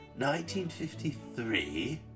1953